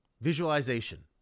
Visualization